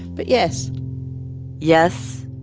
but yes yes,